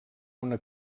una